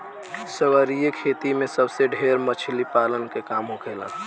सागरीय खेती में सबसे ढेर मछली पालन के काम होखेला